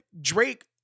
Drake